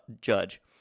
judge